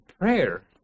prayer